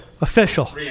Official